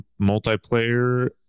multiplayer